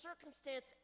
circumstance